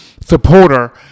supporter